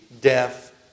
death